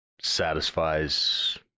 satisfies